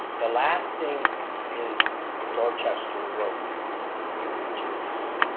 the last thing is dorchester road which is